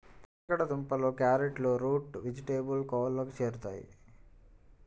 చిలకడ దుంపలు, క్యారెట్లు రూట్ వెజిటేబుల్స్ కోవలోకి చేరుతాయి